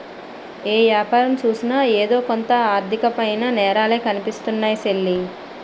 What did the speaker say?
ఏ యాపారం సూసినా ఎదో కొంత ఆర్దికమైన నేరాలే కనిపిస్తున్నాయ్ సెల్లీ